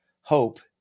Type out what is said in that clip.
hope